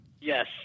Yes